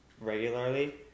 regularly